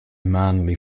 manly